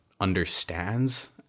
understands